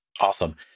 Awesome